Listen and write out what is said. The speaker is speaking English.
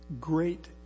great